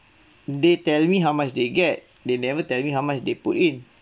they tell me how much they get they never tell me how much they put in